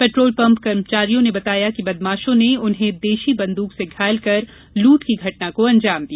petrol pump कर्मचारियों ने बताया कि बदमाशों ने उन्हे देशी बंद्रक से घायल कर लूट की घटना को अंजाम दिया